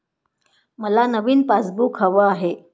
मला नवीन पासबुक हवं आहे